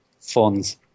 funds